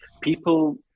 people